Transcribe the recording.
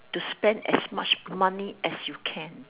to spend as much money as you can